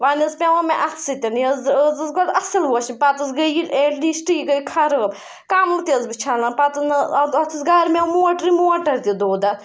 وۄنۍ حظ پیٚوان مےٚ اَتھٕ سۭتۍ یہِ حظ یہِ حظ ٲس گۄڈٕ اَصٕل واشنٛگ پَتہٕ حظ گٔیٚے یہِ ایٹلیٖسٹہٕ یہِ گٔیٚے خراب کَملہٕ تہِ ٲسٕس بہٕ چھَلان پَتہٕ نہ اَتھ اَتھ حظ گَرمیٛاو موٹرٕے موٹَر تہِ دوٚد اَتھ